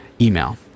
email